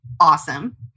awesome